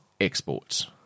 exports